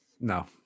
No